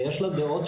ויש לה דעות,